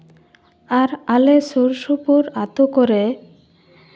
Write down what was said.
ᱟᱨ ᱟᱞᱮ ᱥᱩᱨᱼᱥᱩᱯᱩᱨ ᱟᱛᱳ ᱠᱚᱨᱮᱜ